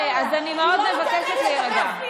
היא לא נותנת, אני מאוד מבקשת להירגע.